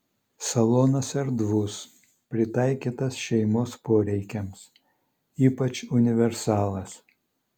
salonas erdvus pritaikytas šeimos poreikiams ypač universalas